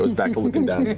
and back to looking down.